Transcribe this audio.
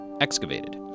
excavated